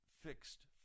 fixed